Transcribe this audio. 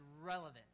relevant